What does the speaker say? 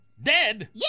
Dead